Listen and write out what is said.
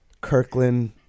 Kirkland